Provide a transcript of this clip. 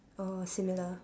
oh similar